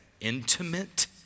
intimate